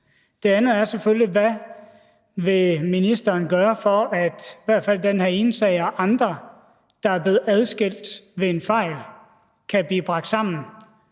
Det andet er selvfølgelig: Hvad vil ministeren gøre for, at de – i hvert fald i den her ene sag, men også i andre sager – der er blevet adskilt ved en fejl, kan blive bragt sammen